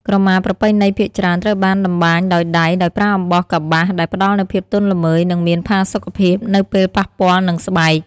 ក្រមាប្រពៃណីភាគច្រើនត្រូវបានតម្បាញដោយដៃ ដោយប្រើអំបោះកប្បាស ដែលផ្តល់នូវភាពទន់ល្មើយ និងមានផាសុកភាពនៅពេលប៉ះពាល់នឹងស្បែក។